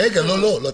לא,